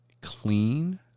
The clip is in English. clean